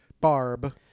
Barb